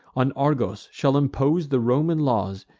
on argos shall impose the roman laws,